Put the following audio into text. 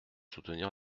soutenir